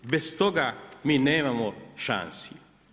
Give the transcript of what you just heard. Bez toga mi nemamo šansi.